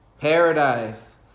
Paradise